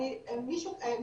מישהו אמר,